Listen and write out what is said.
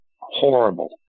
horrible